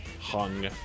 hung